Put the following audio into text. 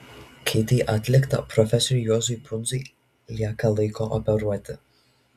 kai tai atlikta profesoriui juozui pundziui lieka laiko operuoti